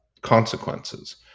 consequences